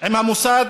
עם המוסד